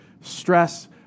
stress